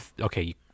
okay